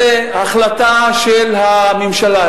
זה החלטה של הממשלה,